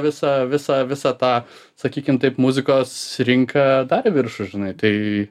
visą visą visą tą sakykim taip muzikos rinką dar į viršų žinai tai